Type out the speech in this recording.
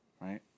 Right